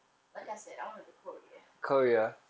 like I said I want to go korea